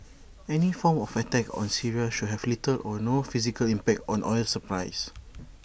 any form of attack on Syria should have little or no physical impact on oil supplies